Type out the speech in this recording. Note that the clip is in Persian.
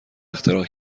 اختراع